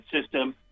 system